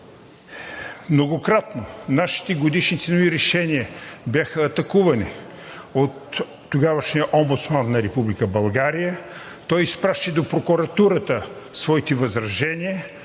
многократно нашите годишни ценови решения бяха атакувани от тогавашния Омбудсман на Република България. Той изпращаше до прокуратурата своите възражения,